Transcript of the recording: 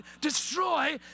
destroy